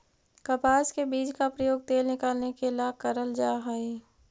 कपास के बीज का प्रयोग तेल निकालने के ला करल जा हई